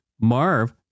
Marv